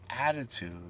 attitude